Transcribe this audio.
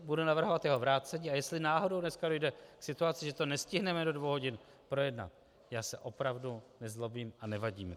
Budu navrhovat jeho vrácení, a jestli náhodou dneska dojde k situaci, že to nestihneme do dvou hodin projednat, já se opravdu nezlobím a nevadí mi to.